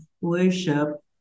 worship